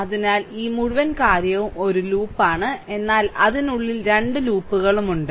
അതിനാൽ ഈ മുഴുവൻ കാര്യവും ഒരു ലൂപ്പാണ് എന്നാൽ അതിനുള്ളിൽ 2 ലൂപ്പുകളും ഉണ്ട്